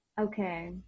okay